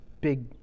big